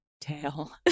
tail